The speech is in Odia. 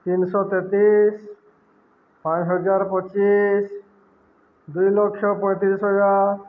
ତିନିଶହ ତେତିଶ ପାଞ୍ଚହଜାର ପଚିଶ ଦୁଇ ଲକ୍ଷ ପଇଁତିରିଶ ହଜାର